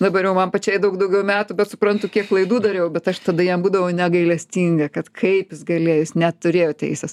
dabar jau man pačiai daug daugiau metų bet suprantu kiek klaidų dariau bet aš tada jam būdavo negailestinga kad kaip galėjo jis neturėjo teisės